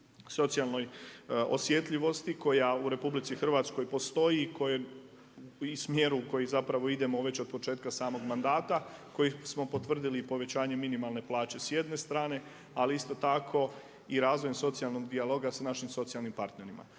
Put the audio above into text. socijalnoj osjetljivosti koja u RH postoji i smjeru u koji zapravo idemo već od početka samog mandata, kojeg smo potvrdili povećanjem minimalne plaće s jedne strane ali isto tako i razvojem socijalnog dijaloga sa našim socijalnim partnerima.